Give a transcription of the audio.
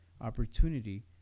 opportunity